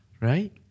Right